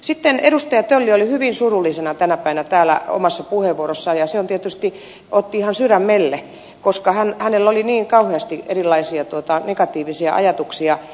sitten edustaja tölli oli hyvin surullisena tänä päivänä täällä omassa puheenvuorossaan ja se tietysti otti ihan sydämelle koska hänellä oli niin kauheasti erilaisia negatiivisia ajatuksia